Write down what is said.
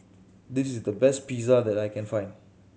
this is the best Pizza that I can find